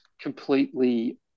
completely